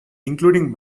including